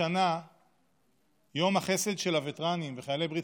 השנה יום החסד של הווטרנים וחיילי ברית